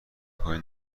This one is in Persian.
کنید